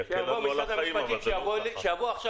זה יקל לנו על החיים אבל -- שיבואו עכשיו